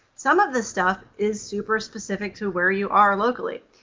some of this stuff is super specific to where you are locally,